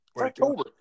October